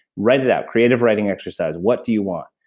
write it out. creative writing exercise, what do you want?